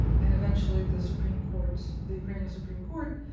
and eventually the supreme court, the ukrainian supreme court,